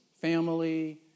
family